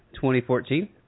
2014